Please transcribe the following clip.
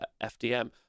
FDM